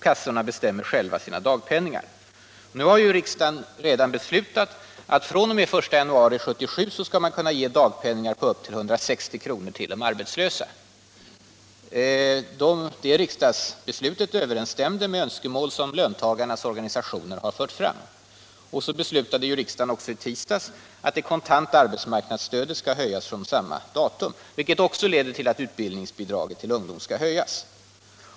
Kassorna bestämmer själva sina dagpenningar: Riksdagen har ju redan beslutat att man fr.o.m. den 1 januari 1977 skall kunna ge dagpenningar på upp till 160 kr. till de arbetslösa. Det riksdagsbeslutet överensstämde med önskemål som löntagarnas organisationer har fört fram. Riksdagen beslutade vidare i tisdags att det kontanta arbetsmarknadsstödet skall höjas från samma datum, vilket också leder till att utbildningsbidragen till ungdom skall höjas.